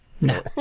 no